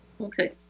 Okay